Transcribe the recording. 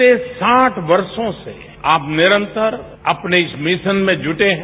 बीते साठ वर्षो से आप निरंतर अपने इस मिशन में जुटे हैं